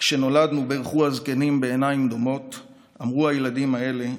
כשנולדנו בירכו הזקנים בעיניים דומעות / אמרו: הילדים האלה,